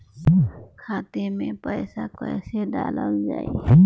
खाते मे पैसा कैसे डालल जाई?